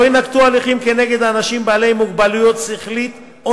לא יינקטו הליכים נגד אנשים בעלי מוגבלת שכלית או